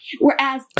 Whereas